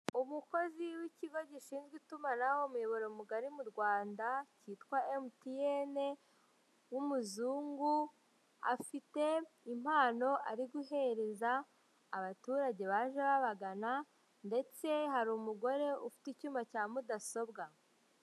Umukozi w'ikigo gishinzwe itumanaho, umuyoboro mugari mu Rwanda cyitwa Emutiyene w'umuzungu, afite impano ari guhereza abaturage baje babagana ndetse hari umugore ufite icyuma cya mudasobwa.